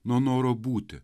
nuo noro būti